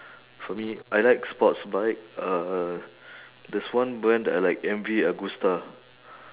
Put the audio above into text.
for me I like sports but I like uh there's one brand that I like M V agusta